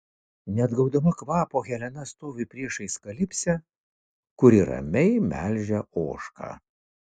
neatgaudama kvapo helena stovi priešais kalipsę kuri ramiai melžia ožką